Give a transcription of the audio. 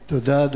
תודה.